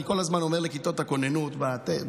אני כל הזמן אומר לכיתות הכוננות בטקסים: